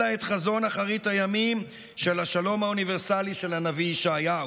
אלא את חזון אחרית הימים של השלום האוניברסלי של הנביא ישעיהו: